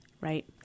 Right